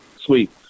Sweet